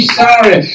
sorry